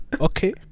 Okay